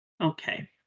Okay